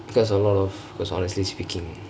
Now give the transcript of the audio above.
because a lot of because honestly speakingk